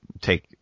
take